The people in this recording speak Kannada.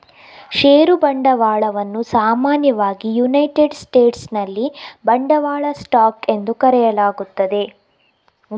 ಷೇರು ಬಂಡವಾಳವನ್ನು ಸಾಮಾನ್ಯವಾಗಿ ಯುನೈಟೆಡ್ ಸ್ಟೇಟ್ಸಿನಲ್ಲಿ ಬಂಡವಾಳ ಸ್ಟಾಕ್ ಎಂದು ಕರೆಯಲಾಗುತ್ತದೆ